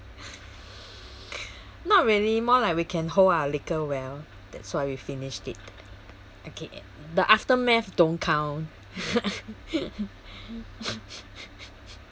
not really more like we can hold our liquor well that's why we finished it okay the aftermath don't count